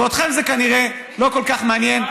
ואתכם זה כנראה לא כל כך מעניין.